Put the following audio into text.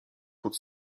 pod